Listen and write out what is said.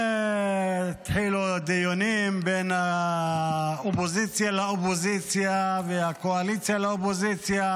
התחילו דיונים בין האופוזיציה לאופוזיציה והקואליציה לאופוזיציה